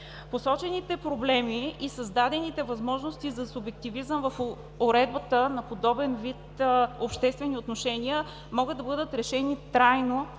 Посочените проблеми и създадените възможности за субективизъм в уредбата на подобен вид обществени отношения могат да бъдат решени трайно,